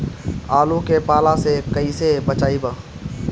आलु के पाला से कईसे बचाईब?